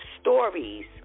stories